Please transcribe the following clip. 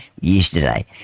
yesterday